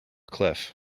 cliff